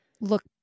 look